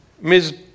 Ms